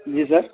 जी sir